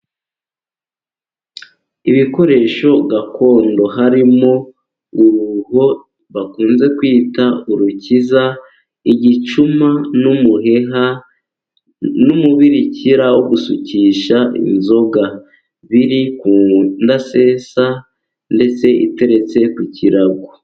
Ibikoresho gakondo, harimo: uruho bakunze kwita urukiza, igicuma, n'umuheha n'umubirikira wo gusukisha inzoga, biri ku ndasesa ndetse iteretse ku kirago.